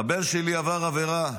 הבן שלי עבר עבירה,